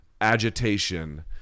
agitation